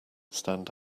stand